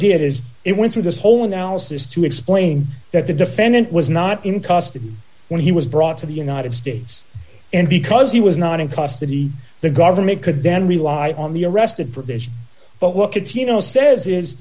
did as it went through this whole analysis to explain that the defendant was not in custody when he was brought to the united states and because he was not in custody the government could then rely on the arrested provision but what could he know says is